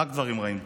רק דברים רעים.